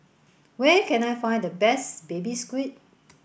where can I find the best baby squid